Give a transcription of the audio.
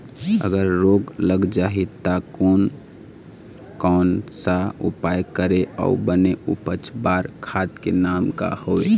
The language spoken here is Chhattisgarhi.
अगर रोग लग जाही ता कोन कौन सा उपाय करें अउ बने उपज बार खाद के नाम का हवे?